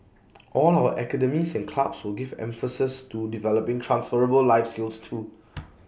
all our academies and clubs will give emphases to developing transferable life skills too